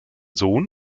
sohn